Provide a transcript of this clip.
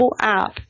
app